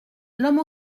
l’homme